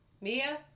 Mia